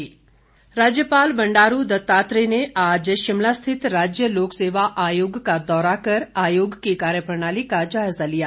राज्यपाल राज्यपाल बंडारू दत्तात्रेय ने आज शिमला स्थित राज्य लोक सेवा आयोग का दौरा कर आयोग की कार्य प्रणाली का जायजा लिया